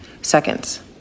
seconds